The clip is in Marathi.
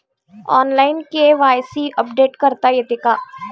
ऑनलाइन के.वाय.सी अपडेट करता येते का?